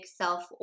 self